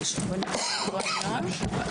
הישיבה ננעלה בשעה